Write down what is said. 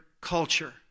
culture